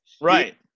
right